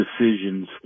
decisions